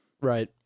Right